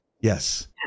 Yes